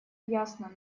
ясно